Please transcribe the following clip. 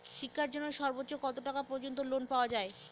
শিক্ষার জন্য সর্বোচ্চ কত টাকা পর্যন্ত লোন পাওয়া য়ায়?